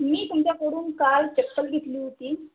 मी तुमच्याकडून काल चप्पल घेतली होती